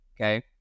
okay